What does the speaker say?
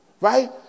right